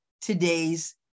today's